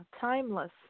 timeless